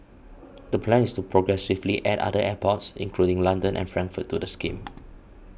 the plan is to progressively add other airports including London and Frankfurt to the scheme